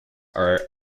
are